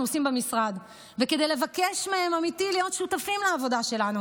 עושים במשרד וכדי לבקש מהם באמת להיות שותפים לעבודה שלנו